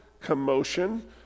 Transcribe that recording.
commotion